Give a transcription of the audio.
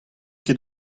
ket